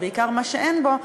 ובעיקר מה שאין בו,